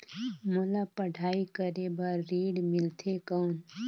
मोला पढ़ाई करे बर ऋण मिलथे कौन?